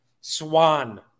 swan